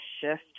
shift